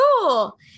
cool